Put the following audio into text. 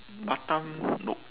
batam nope